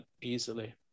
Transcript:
easily